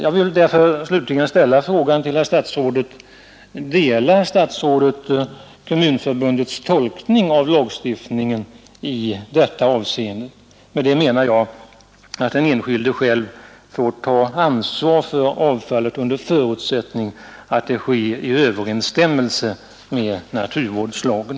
Jag vill därför slutligen ställa följande fråga: Delar herr statsrådet Kommunförbundets tolkning av lagstiftningen i detta avseende, dvs. att den enskilde får ta ansvaret för avfallet under förutsättning att det sker i överensstämmelse med naturvårdslagen?